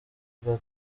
bwa